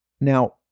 Now